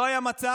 לא היה מצב